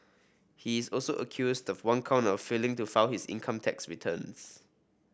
he is also accused of one count of failing to file his income tax returns